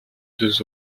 deux